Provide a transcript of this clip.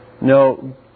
No